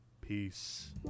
Peace